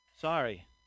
Sorry